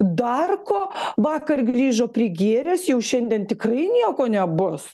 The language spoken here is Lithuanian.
dar ko vakar grįžo prigėręs jau šiandien tikrai nieko nebus